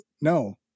no